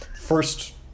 first